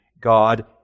God